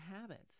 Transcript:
habits